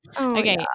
Okay